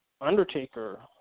Undertaker